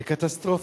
זה קטסטרופה.